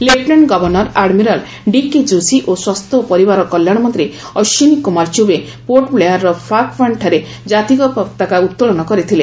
lieutenant governor admiral DK Joshi ଓ ସ୍ୱାସ୍ଥ୍ୟ ଓ ପରିବାର କଲ୍ୟାଶ ମନ୍ତ୍ରୀ ଅଶ୍ୱିନୀ କୁମାର ଚୁବେ ପୋର୍ଟ ବ୍ଲୋୟାର୍ର ଫ୍ଲାଗ୍ ପଏଣ୍ଟଠାରେ ଜାତୀୟ ପତାକା ଉତ୍ତୋଳନ କରିଥିଲେ